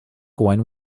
coin